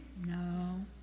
No